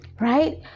right